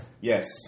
Yes